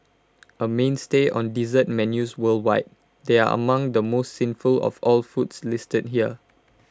A mainstay on dessert menus worldwide they are among the most sinful of all the foods listed here